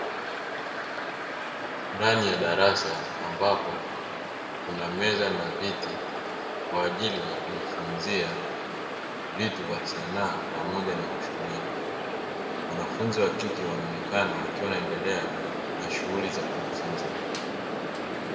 Ndani ya darasa ambapo kuna meza na viti kwaajili ya kujifunzia vitu vya sanaa pamoja na ushonaji. Wanafunzi wa kike wanaonekana wakiwa wanaendelea na shughuli za kujifunza.